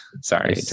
Sorry